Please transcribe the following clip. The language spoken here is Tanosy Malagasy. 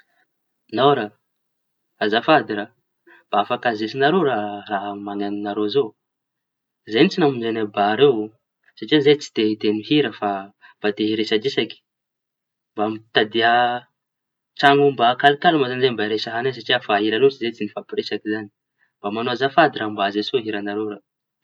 Nao raha, azafady raha mba afaky azetsiñareo raha raha mañeno nareo zao. Zay tsy namonjeñay bara io satria zahay tsy te hiteño hira fa fa te hiresadresaky, mba mitadia traño mba kal- kalma zañy zahay. Fa efa ela loatsy zahay tsy nifampiresaky zany azafady raha mba azotsoy ny raha nareo raha.